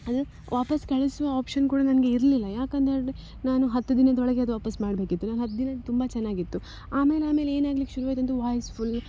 ಅದು ವಾಪಸ್ಸು ಕಳಿಸುವ ಆಪ್ಷನ್ ಕೂಡ ನನಗೆ ಇರಲಿಲ್ಲ ಯಾಕಂತ್ಹೇಳ್ದ್ರೆ ನಾನು ಹತ್ತು ದಿನದೊಳಗೆ ಅದು ವಾಪಸ್ಸು ಮಾಡಬೇಕಿತ್ತು ನಾನು ಹತ್ತು ದಿನ ಅದು ತುಂಬ ಚೆನ್ನಾಗಿತ್ತು ಆಮೇಲೆ ಆಮೇಲೆ ಏನಾಗ್ಲಿಕ್ಕೆ ಶುರುವಾಯ್ತಂದರೆ ವಾಯ್ಸ್ ಫುಲ್